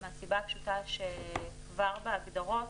מהסיבה הפשוטה שכבר בהגדרות